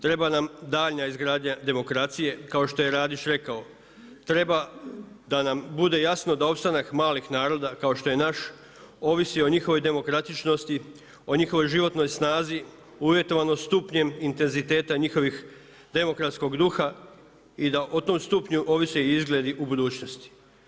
Treba nam daljnja izgradnja demokracije kao što je Radić rekao, treba da nam bude jasno da opstanak malih naroda kao što je naš, ovisi o njihovoj demokratičnosti, o njihovoj životnoj snazi uvjetovano stupnjem intenziteta njihovih demokratskog duha i da o tom stupnju ovise izgledi u budućnosti.